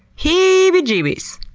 heeebie jeebies!